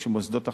יש מוסדות אחרים.